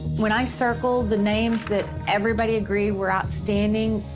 when i circled the names that everybody agreed were outstanding,